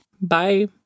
Bye